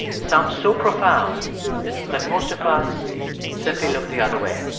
some so profound that most of us simply look the other way